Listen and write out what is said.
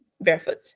barefoot